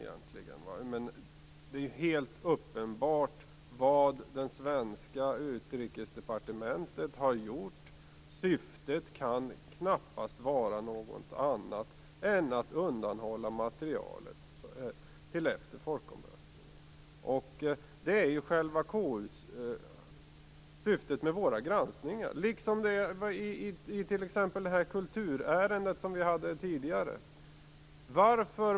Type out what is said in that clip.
Men det är helt uppenbart vad det svenska utrikesdepartementet har gjort. Syftet kan knappast vara annat än att undanhålla materialet till efter folkomröstningen. Här gäller detsamma som i det kulturärende som tidigare var uppe.